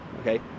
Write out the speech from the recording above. okay